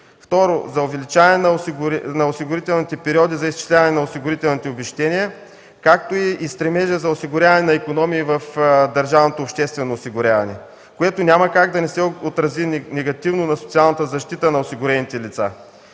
второ, за увеличаване на осигурителните периоди за изчисляване на осигурителните обезщетения, както и стремежът за осигуряване на икономии в Държавното обществено осигуряване, което няма как да не се отрази негативно на социалната защита на осигурените лица.